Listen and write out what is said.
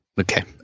Okay